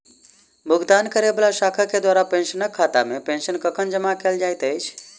भुगतान करै वला शाखा केँ द्वारा पेंशनरक खातामे पेंशन कखन जमा कैल जाइत अछि